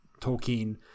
Tolkien